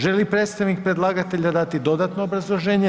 Želi li predstavnik predlagatelja dati dodatno obrazloženje?